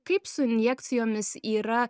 kaip su injekcijomis yra